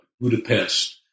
Budapest